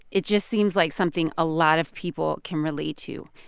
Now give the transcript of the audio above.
it just seems like something a lot of people can relate to.